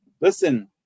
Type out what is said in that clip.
Listen